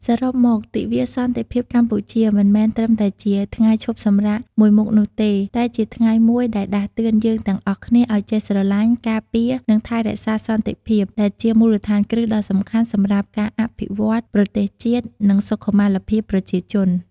សរុបមក ទិវាសន្តិភាពកម្ពុជា មិនមែនត្រឹមតែជាថ្ងៃឈប់សម្រាកមួយមុខនោះទេ តែជាថ្ងៃមួយដែលដាស់តឿនយើងទាំងអស់គ្នាឱ្យចេះស្រឡាញ់ ការពារ និងថែរក្សាសន្តិភាព ដែលជាមូលដ្ឋានគ្រឹះដ៏សំខាន់សម្រាប់ការអភិវឌ្ឍន៍ប្រទេសជាតិ និងសុខុមាលភាពប្រជាជន។